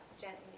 gently